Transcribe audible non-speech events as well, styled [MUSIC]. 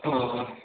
[UNINTELLIGIBLE]